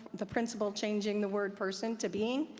the principle changing the work person, to being,